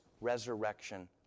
resurrection